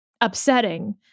upsetting